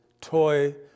toy